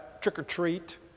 trick-or-treat